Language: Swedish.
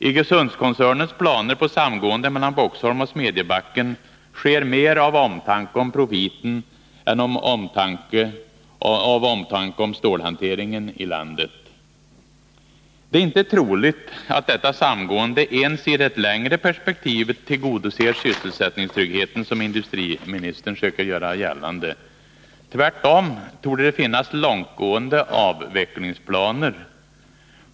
Iggesundskoncernens planer på samgående mellan Boxholm och Smedjebacken sker mer av omtanke om profiten än av omtanke om stålhanteringen i landet. Det är inte troligt att detta samgående ens i det längre perspektivet tillgodoser sysselsättningstryggheten, som industriministern söker göra gällande. Tvärtom torde det finnas långtgående avvecklingsplaner.